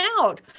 out